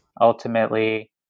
ultimately